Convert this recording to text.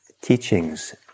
teachings